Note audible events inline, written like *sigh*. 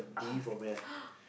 ugh *noise*